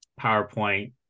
PowerPoint